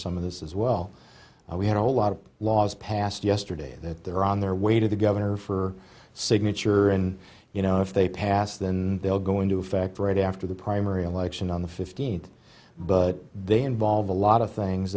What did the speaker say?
some of this as well we had a whole lot of laws passed yesterday that they're on their way to the governor for signature and you know if they pass then they'll go into effect right after the primary election on the fifteenth but they involve a lot of things